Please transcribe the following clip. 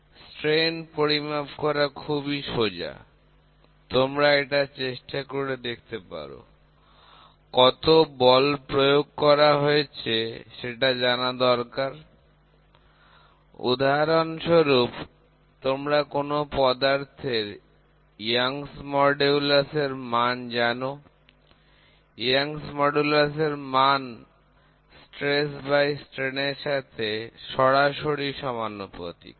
বিকৃতি পরিমাপ করা খুবই সোজা তোমরা এটা চেষ্টা করে দেখতে পারো কত বল প্রয়োগ করা হয়েছে সেটা জানা দরকার উদাহরণস্বরূপ তোমরা কোন পদার্থের ইয়ং গুণাঙ্ক Young's modulus এর মান জানো ইয়ং গুণাঙ্ক Young's modulus এর মান পীড়ন ভাগ বিকৃতি এর সাথে সরাসরি সমানুপাতিক